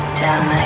down